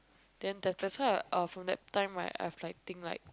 then that that's why I will from that time right I have like think like